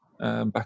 back